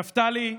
נפתלי,